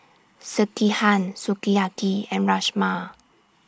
Sekihan Sukiyaki and Rajma